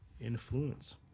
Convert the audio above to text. influence